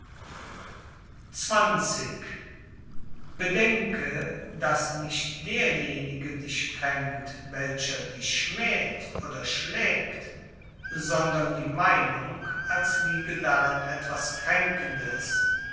bedenke daß nicht derjenige dich kränkt welcher dich schmäht oder schlägt sondern die meinung als liege darin etwas kränkendes